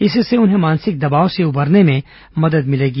इससे उन्हें मानसिक दबाव से उबरने में मदद मिलेगी